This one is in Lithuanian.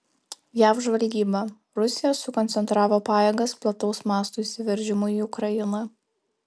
jav žvalgyba rusija sukoncentravo pajėgas plataus mąsto įsiveržimui į ukrainą